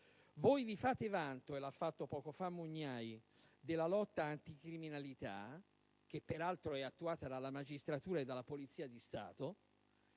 Voi vi fate vanto, come ha fatto poco fa il senatore Mugnai, della lotta anticriminalità, che peraltro è attuata dalla magistratura e dalla polizia di Stato